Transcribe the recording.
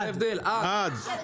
וזה יאפשר -- רגע רחל,